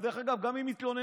דרך אגב, גם אם תתלוננו,